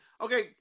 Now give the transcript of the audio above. okay